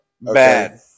Bad